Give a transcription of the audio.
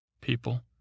people